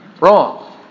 Wrong